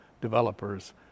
developers